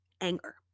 anger